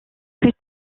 plus